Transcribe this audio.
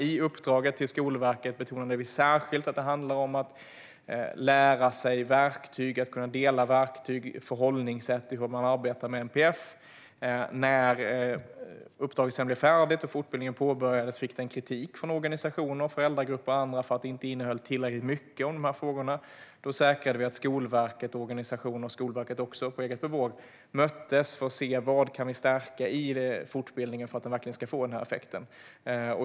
I uppdraget till Skolverket betonade vi särskilt att det handlar om att lära sig verktyg och att kunna dela verktyg och förhållningssätt när det gäller hur man arbetar med NPF. När uppdraget sedan blev färdigt och fortbildningen påbörjades fick den kritik från organisationer, föräldragrupper och andra för att den inte innehöll tillräckligt mycket kring dessa frågor. Då säkrade vi att Skolverket och organisationerna möttes - Skolverket gjorde även detta på eget bevåg - för att se vad som kunde stärkas i fortbildningen för att ge denna effekt.